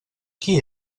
qui